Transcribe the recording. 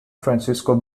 francisco